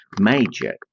major